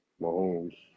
Mahomes